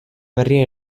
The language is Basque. berria